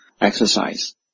exercise